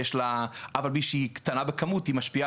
אף על פי שהיא קטנה בכמות היא משפיעה